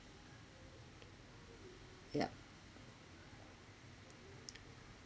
yup